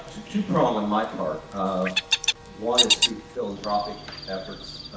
two prong on my part. one is to philanthropic efforts.